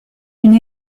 une